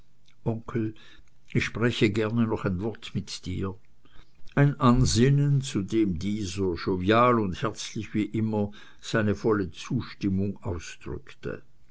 onkel ich spräche gerne noch ein wort mit dir ein ansinnen zu dem dieser jovial und herzlich wie immer seine volle zustimmung ausdrückte